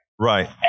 Right